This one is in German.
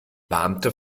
beamte